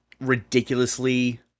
ridiculously